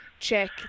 Check